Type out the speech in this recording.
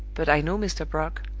but i know mr. brock.